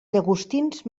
llagostins